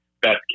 best